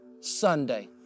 Sunday